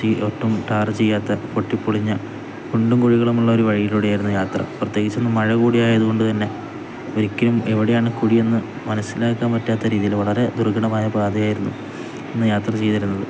ഒട്ടും ടാര് ചെയ്യാത്ത പൊട്ടിപ്പൊളിഞ്ഞ കുണ്ടും കുഴികളുമുള്ള ഒരു വഴിയിലൂടെ ആയിരുന്നു യാത്ര പ്രത്യേകിച്ചന്നു മഴ കൂടിയായതുകൊണ്ട് തന്നെ ഒരിക്കലും എവിടെയാണു കുഴിയെന്ന്ുമനസ്സിലാക്കാൻ പറ്റാത്ത രീതിയില് വളരെ ദുർഘടമായ പാതയായിരുന്നു അന്നു യാത്ര ചെയ്തിരുന്നത്